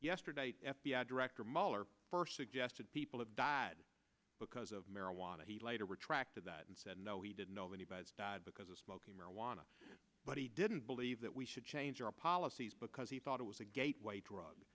yesterday f b i director muller first suggested people have died because of marijuana he later retracted that and said no he didn't nobody died because of smoking marijuana but he didn't believe that we should change our policies because he thought it was a gateway drug